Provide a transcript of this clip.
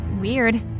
Weird